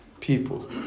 People